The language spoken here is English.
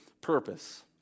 purpose